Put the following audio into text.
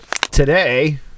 today